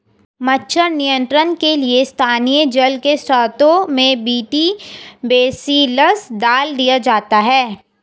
मच्छर नियंत्रण के लिए स्थानीय जल के स्त्रोतों में बी.टी बेसिलस डाल दिया जाता है